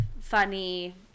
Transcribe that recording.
Funny